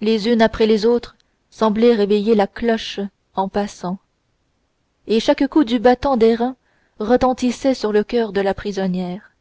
les unes après les autres semblaient réveiller la cloche en passant et chaque coup du battant d'airain retentissait sur le coeur de la prisonnière